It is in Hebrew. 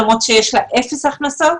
למרות שיש לה אפס הכנסות,